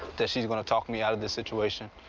that she's going to talk me out of this situation.